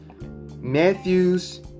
Matthew's